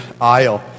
aisle